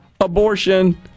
abortion